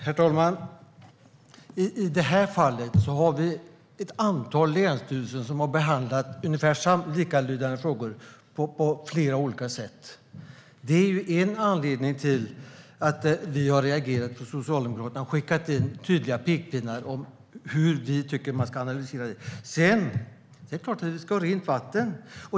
Herr talman! I det här fallet är det ett antal länsstyrelser som har behandlat likalydande frågor på flera olika sätt. Det är en anledning till att vi från Socialdemokraterna har reagerat och skickat in tydliga pekpinnar om hur vi tycker att man ska göra analysen. Det är klart att vi ska ha rent vatten.